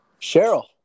Cheryl